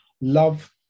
Love